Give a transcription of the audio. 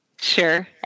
Sure